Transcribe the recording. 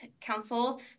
council